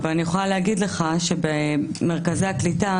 אבל אני יכולה להגיד לך שבמרכזי הקליטה,